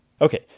Okay